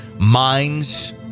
minds